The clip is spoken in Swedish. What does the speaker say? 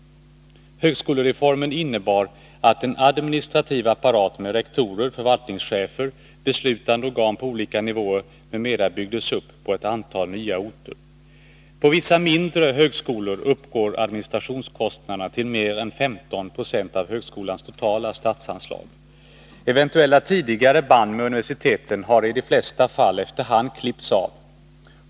Högskolereformen innebar att en administrativ apparat med rektorer, förvaltningschefer, beslutande organ på olika nivåer m.m. byggdes upp på ett antal nya orter. På vissa mindre högskolor uppgår administrationskostnaderna till mer än 15 96 av högskolans totala statsanslag. Eventuella tidigare band med universieten har i de flesta fall efter hand klippts av.